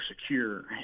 secure